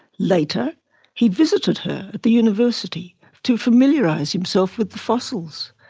later he visited her at the university to familiarise himself with the fossils,